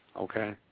okay